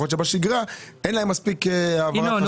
יכול להיות שבשגרה אין להם מספיק העברת חשמל.